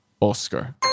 Oscar